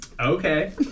Okay